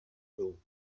rule